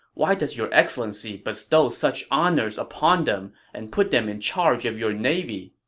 why does your excellency bestow such honors upon them and put them in charge of your navy?